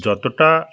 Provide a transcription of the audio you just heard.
যতটা